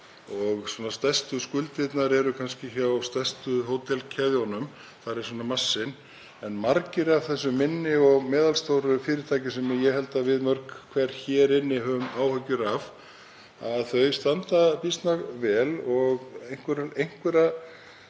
Stærstu skuldirnar eru kannski hjá stærstu hótelkeðjunum, þar er massinn, en mörg af þessum minni og meðalstóru fyrirtækjum, sem ég held að við mörg hver hér inni höfum áhyggjur af, standa býsna vel. Einhverjar